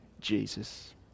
Jesus